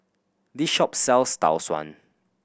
this shop sells Tau Suan